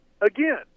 again